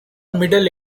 middle